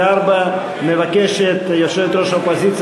לפי סעיף 34 מבקשת יושבת-ראש האופוזיציה,